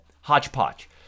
hodgepodge